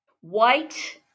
White